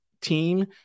team